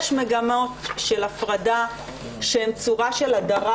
יש מגמות של הפרדה שהן צורה של הדרה,